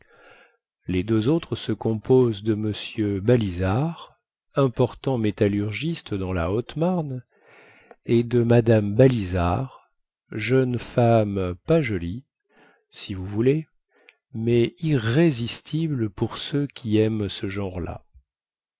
les deux autres se composent de m balizard important métallurgiste dans la haute marne et de mme balizard jeune femme pas jolie si vous voulez mais irrésistible pour ceux qui aiment ce genre-là